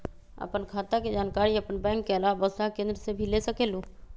आपन खाता के जानकारी आपन बैंक के आलावा वसुधा केन्द्र से भी ले सकेलु?